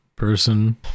person